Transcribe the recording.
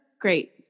great